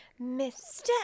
mr